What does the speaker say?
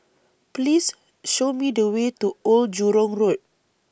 Please Show Me The Way to Old Jurong Road